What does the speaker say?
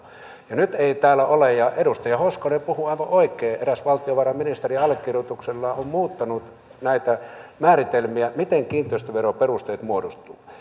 ja nyt ei täällä ole edustaja hoskonen puhui aivan oikein eräs valtiovarainministeri allekirjoituksellaan on muuttanut näitä määritelmiä miten kiinteistöveron perusteet muodostuvat